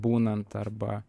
būnant arba